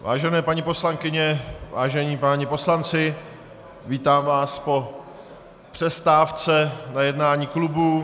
Vážené paní poslankyně, vážení páni poslanci, vítám vás po přestávce na jednání klubu.